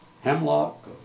Hemlock